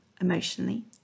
emotionally